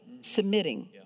submitting